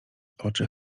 oczy